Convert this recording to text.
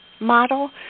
model